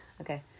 Okay